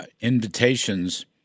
invitations